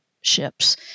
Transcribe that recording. ships